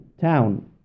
Town